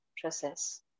process